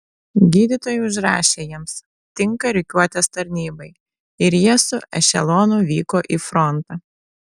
gydytojai užrašė jiems tinka rikiuotės tarnybai ir jie su ešelonu vyko į frontą